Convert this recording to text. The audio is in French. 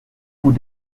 vous